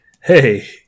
Hey